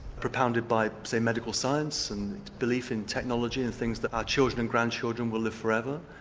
propounded by say, medical science and belief in technology and things that our children and grandchildren will live forever,